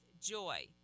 joy